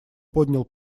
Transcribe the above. поднял